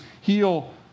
heal